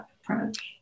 approach